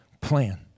plan